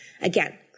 Again